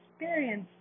experience